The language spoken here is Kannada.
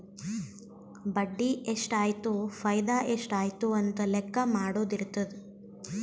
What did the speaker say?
ಬಡ್ಡಿ ಎಷ್ಟ್ ಆಯ್ತು ಫೈದಾ ಎಷ್ಟ್ ಆಯ್ತು ಅಂತ ಲೆಕ್ಕಾ ಮಾಡದು ಇರ್ತುದ್